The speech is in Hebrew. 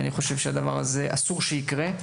אני חושב שאסור שהדבר הזה יקרה,